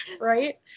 Right